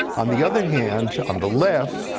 on the other hand on the left,